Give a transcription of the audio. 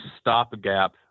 stopgap